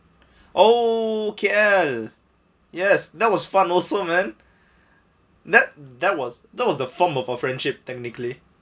oh K_L yes that was fun also man that that was that was the form of our friendship technically